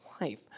life